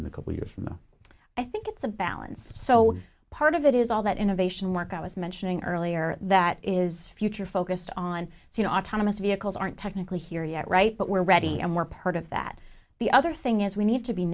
the couple years from now i think it's a balance so part of it is all that innovation work i was mentioning earlier that is future focused on so you know autonomous vehicles aren't technically here yet right but we're ready and we're part of that the other thing is we need to be